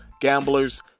Gamblers